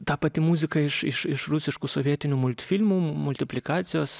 ta pati muzika iš iš iš rusiškų sovietinių multfilmų multiplikacijos